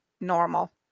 normal